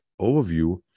overview